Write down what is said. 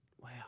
Wow